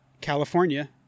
California